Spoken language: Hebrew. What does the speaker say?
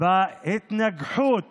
בהתנגחות